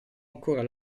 ancora